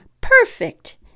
perfect